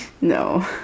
No